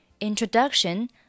introduction